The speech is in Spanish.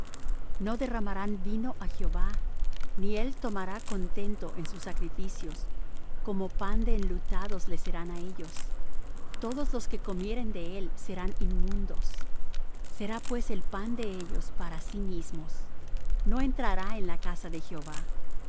no derramarán vino á jehová ni él tomará contento en sus sacrificios como pan de enlutados le serán á ellos todos los que comieren de él serán inmundos será pues el pan de ellos para si mismos no entrará en la casa de jehová